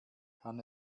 kann